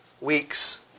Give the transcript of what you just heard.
weeks